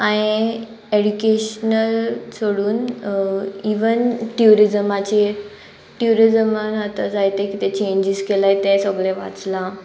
हांयें एड्युकेशनल सोडून इवन ट्युरिजमाचेर ट्युरिजमान आतां जायते कितें चेंजीस केलाय ते सगलें वाचलां